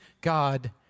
God